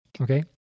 okay